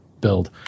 build